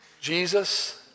Jesus